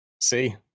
See